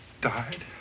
Died